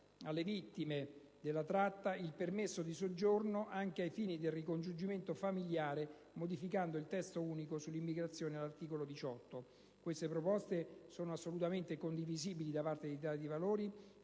alle vittime della tratta il permesso di soggiorno anche ai fini del ricongiungimento familiare, modificando il Testo unico sull'immigrazione all'articolo 18. Queste proposte sono assolutamente condivisibili da parte dell'Italia dei Valori